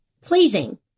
Pleasing